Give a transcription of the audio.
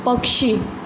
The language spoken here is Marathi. पक्षी